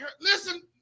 Listen